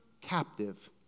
captive